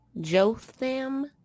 jotham